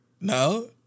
no